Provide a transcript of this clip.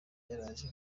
yaraje